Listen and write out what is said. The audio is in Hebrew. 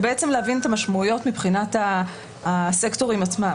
ובעצם להבין את המשמעויות מבחינת הסקטורים עצמם,